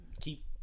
keep